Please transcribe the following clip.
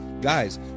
Guys